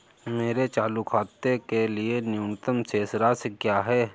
मेरे चालू खाते के लिए न्यूनतम शेष राशि क्या है?